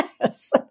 yes